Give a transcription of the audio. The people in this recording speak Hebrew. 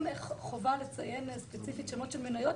חובה לציין ספציפית שמות של מניות,